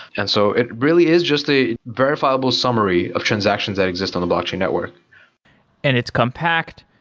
and so it really is just a verifiable summary of transactions that exist on the blockchain network and it's compact,